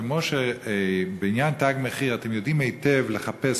כמו שבעניין "תג מחיר" אתם יודעים היטב לחפש